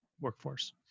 workforce